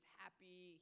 happy